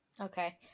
Okay